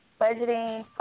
budgeting